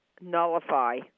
nullify